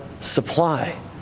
supply